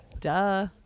Duh